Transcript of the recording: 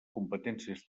competències